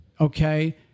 okay